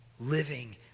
living